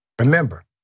Remember